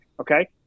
okay